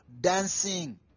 dancing